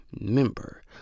member